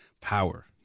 power